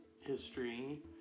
history